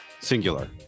Singular